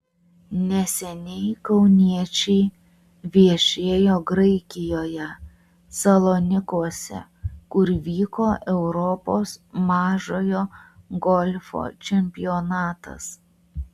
neseniai kauniečiai viešėjo graikijoje salonikuose kur vyko europos mažojo golfo čempionatas